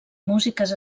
músiques